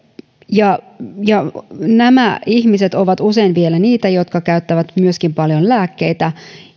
nämä ihmiset ovat usein vielä niitä jotka käyttävät myöskin paljon lääkkeitä